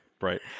right